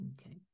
okay